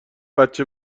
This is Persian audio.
بچه